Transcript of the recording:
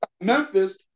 Memphis